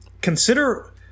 consider